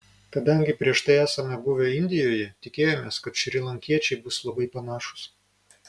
kadangi prieš tai esame buvę indijoje tikėjomės kad šrilankiečiai bus labai panašūs